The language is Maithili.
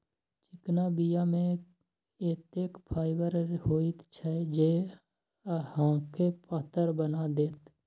चिकना बीया मे एतेक फाइबर होइत छै जे अहाँके पातर बना देत